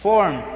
Form